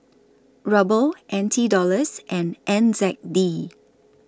Ruble N T Dollars and N Z D